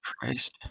Christ